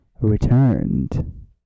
returned